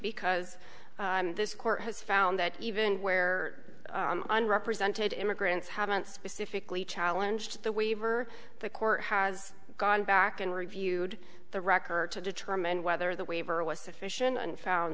because this court has found that even where unrepresented immigrants haven't specifically challenge the waiver the court has gone back and reviewed the record to determine whether the waiver was sufficient and found